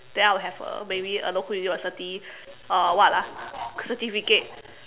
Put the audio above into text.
then I will have a maybe a local university uh what ah certificate